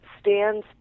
stands